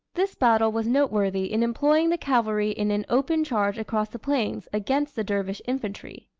this battle was noteworthy in employing the cavalry in an open charge across the plains against the dervish infantry.